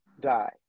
die